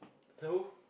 so who